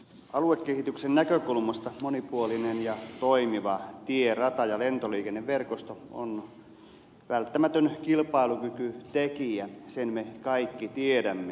aluekehityksen näkökulmasta monipuolinen ja toimiva tie rata ja lentoliikenneverkosto on välttämätön kilpailukykytekijä sen me kaikki tiedämme